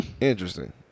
Interesting